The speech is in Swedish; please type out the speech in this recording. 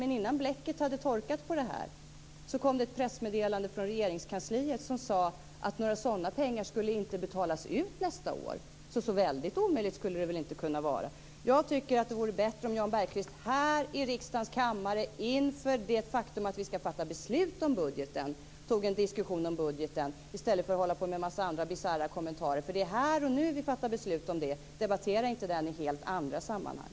Men innan bläcket hade torkat på den texten kom det ett pressmeddelande från Regeringskansliet som sade att några sådana pengar skulle inte betalas ut nästa år. Då skulle det väl inte kunna vara helt omöjligt? Jag tycker att det vore bättre om Jan Bergqvist här i riksdagens kammare, inför det faktum att vi ska fatta beslut om budgeten, tog en diskussion om budgeten i stället för att göra en massa bisarra kommentarer. Det är här och nu vi fattar beslut om budgeten. Debattera inte den i helt andra sammanhang!